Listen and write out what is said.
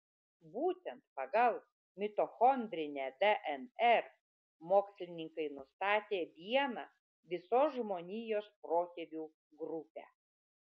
būtent pagal mitochondrinę dnr mokslininkai nustatė vieną visos žmonijos protėvių grupę